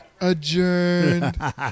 Adjourned